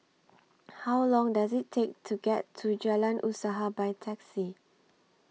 How Long Does IT Take to get to Jalan Usaha By Taxi